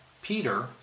Peter